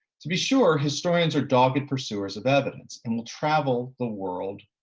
to be sure historians are dogged pursuers of evidence and will travel the world,